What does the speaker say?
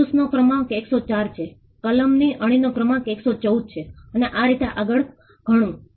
તેથી હું તમને અહીં મુક્તપણે જોડાવાની મંજૂરી આપતો નથી